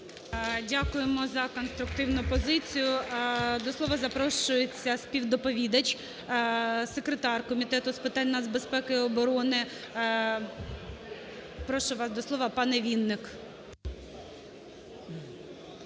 Дякуємо за конструктивну позицію. До слова запрошується співдоповідач секретар Комітету з питань нацбезпеки і оборони. Прошу вас до слова, пане Вінник.